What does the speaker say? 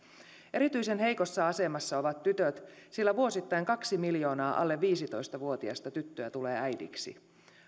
erityisen heikossa asemassa ovat tytöt sillä vuosittain kaksi miljoonaa alle viisitoista vuotiasta tyttöä tulee äidiksi